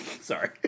Sorry